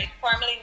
formerly